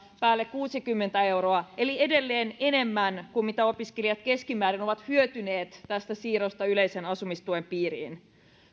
päälle kuusikymmentä euroa eli edelleen enemmän kuin mitä opiskelijat keskimäärin ovat hyötyneet tästä siirrosta yleisen asumistuen piiriin